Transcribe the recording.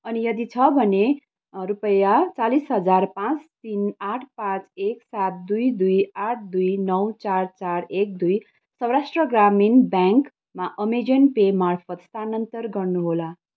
अनि यदि छ भने रुपियाँ चालिस हजार पाँच तिन आठ पाँच एक सात दुई दुई आठ दुई नौ चार चार एक दुई सौराष्ट्र ग्रामीण ब्याङ्कमा अमाजन पे मार्फत् स्थानान्तर गर्नुहोला